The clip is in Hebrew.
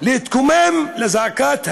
להתקומם למען זעקת המת,